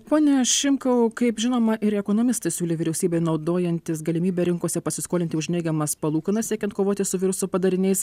pone šimkau kaip žinoma ir ekonomistai siūlė vyriausybei naudojantis galimybe rinkose pasiskolinti už neigiamas palūkanas siekiant kovoti su viruso padariniais